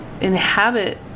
Inhabit